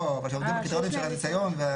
לא, אבל כשיורדים לקריטריונים של הניסיון.